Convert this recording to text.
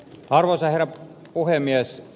arvoisa herra puhemies